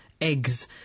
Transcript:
eggs